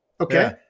Okay